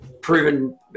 proven